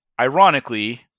ironically